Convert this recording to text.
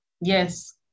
yes